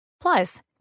Plus